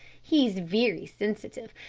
he is very sensitive.